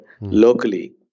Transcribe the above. locally